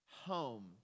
home